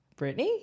Britney